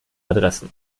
adressen